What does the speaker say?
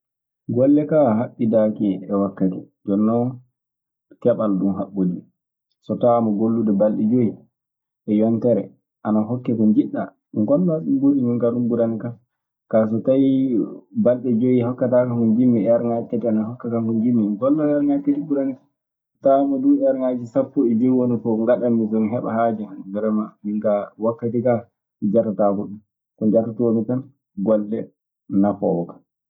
Golle kaa haɓɓidaaki e wakkati. Jooni non e keɓal ɗun haɓɓodii. So tawaama gollude balɗe joy e yontere ana hokke ko njiɗɗaa, mi gollan, min kaa ko ɗun ɓurani kan. Kaa, so tawii balɗe joy hokkataa kan ko njiɗmi, eerŋaaji tati ene hokka kan ko njiɗmi, mi golla eerŋaaji tati ɓurani kan. So tawaama duu, eerŋaaji sappo e joy woni ko ngaɗammi so mi heɓa haaju an, wereman min kaa wakkati kaa mi jatotaako ɗun. Ko njatotoomi tan golle nafoowo kan.